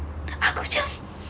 aku macam